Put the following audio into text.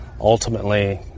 ultimately